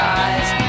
eyes